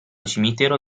cimitero